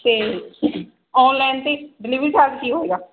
ਤੇ ਆਨਲਾਈਨ ਤੇ delivery charge ਕੀ ਹੋਊਗਾ